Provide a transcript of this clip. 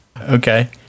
Okay